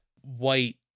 white